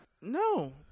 No